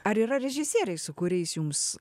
ar yra režisieriai su kuriais jums